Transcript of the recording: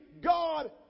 God